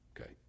Okay